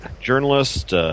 journalist